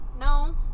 No